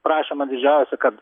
prašymą didžiausią kad